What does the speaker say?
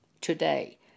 today